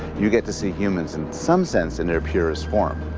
you get to see humans, in some sense, in their purest form.